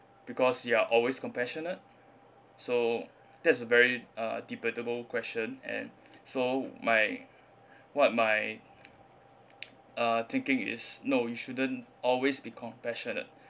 because you are always compassionate so that's a very uh debatable question and so my what my uh thinking is no you shouldn't always be compassionate